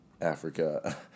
africa